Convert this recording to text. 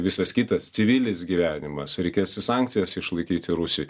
visas kitas civilis gyvenimas reikės sankcijas išlaikyti rusijoj